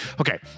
okay